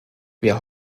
wir